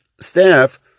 staff